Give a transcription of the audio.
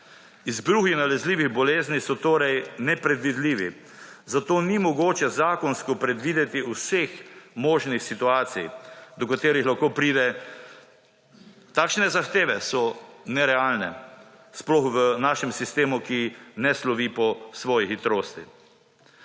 Izbruhi nalezljivih bolezni so torej nepredvidljivi. Zato ni mogoče zakonsko predvideti vseh možnih situacij do katerih lahko pride. Takšne zahteve so nerealne, sploh v našem sistemu, ki ne slovi po svoji hitrosti.